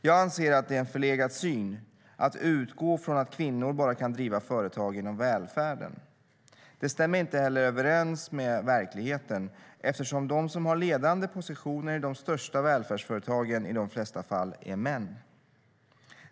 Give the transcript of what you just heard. Jag anser att det är en förlegad syn att utgå från att kvinnor bara kan driva företag inom välfärden. Det stämmer inte heller överens med verkligheten, eftersom de som har ledande positioner i de största välfärdsföretagen i de flesta fall är män.